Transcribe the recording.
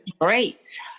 grace